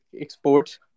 exports